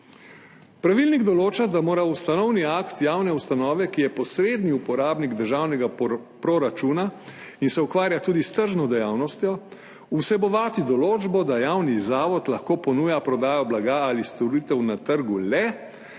Pravilnik določa, da mora ustanovni akt javne ustanove, ki je posredni uporabnik državnega proračuna in se ukvarja tudi s tržno dejavnostjo, vsebovati določbo, da javni zavod lahko ponuja prodajo blaga ali storitev na trgu le,